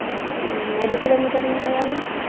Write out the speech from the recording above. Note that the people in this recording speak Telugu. ఎన్ని కిలోమీటర్లు ఉంటదండి